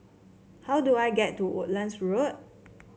how do I get to Woodlands Road